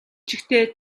чигтээ